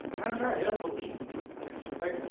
i'm sorry, they don't believe right?